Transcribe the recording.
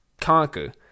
conquer